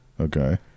Okay